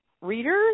Readers